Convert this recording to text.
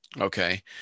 Okay